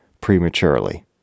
prematurely